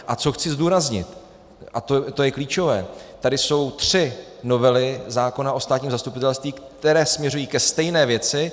A co chci zdůraznit, a to je klíčové, tady jsou tři novely zákona o státním zastupitelství, které směřují ke stejné věci.